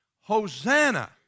Hosanna